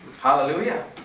hallelujah